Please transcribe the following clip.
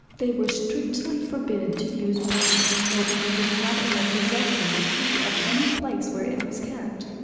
they were strictly forbid to use wine, or even to have in their possession the key of any place where it was kept.